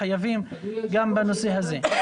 חייבים גם לעשות משהו בנושא זה.